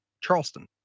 Charleston